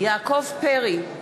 יעקב פרי,